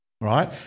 Right